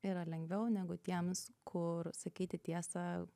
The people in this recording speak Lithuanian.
yra lengviau negu tiems kur sakyti tiesą